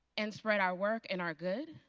and spread our work and our good.